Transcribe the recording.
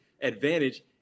advantage